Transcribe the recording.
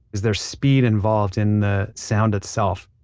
is there speed involved in the sound itself?